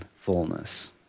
fullness